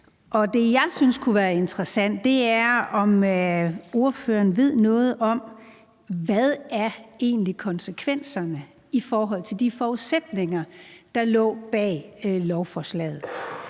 det, jeg synes kunne være interessant, er, om ordføreren ved noget om, hvad konsekvenserne egentlig er, set i forhold til de forudsætninger, der lå bag lovforslaget.